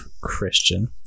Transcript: Christian